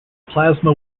plasma